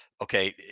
okay